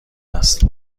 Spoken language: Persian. است